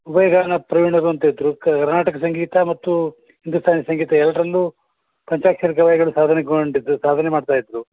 ಉಭಯಗಾನ ಪ್ರವೀಣರು ಅಂತ ಇದ್ದರು ಕರ್ನಾಟಕ ಸಂಗೀತ ಮತ್ತು ಹಿಂದೂಸ್ತಾನಿ ಸಂಗೀತ ಎರಡರಲ್ಲೂ ಪಂಚಾಕ್ಷರಿ ಗವಾಯಿಗಳು ಸಾಧನೆಗೊಂಡಿದ್ದು ಸಾಧನೆ ಮಾಡ್ತಾಯಿದ್ರು